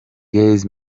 gaz